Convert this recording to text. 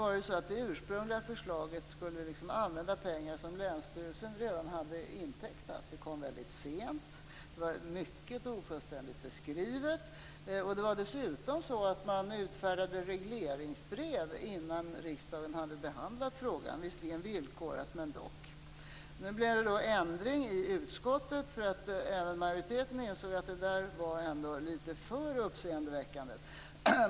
Enligt det ursprungliga förslaget skulle man använda pengar som länsstyrelsen redan hade intecknat. Förslaget kom väldigt sent, och det var mycket ofullständigt beskrivet. Dessutom utfärdade man regleringsbrev innan riksdagen hade behandlat frågan, visserligen villkorat men dock. Nu blev det ändring i utskottet. Även majoriteten insåg att det var litet för uppseendeväckande.